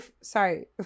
sorry